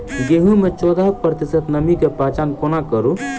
गेंहूँ मे चौदह प्रतिशत नमी केँ पहचान कोना करू?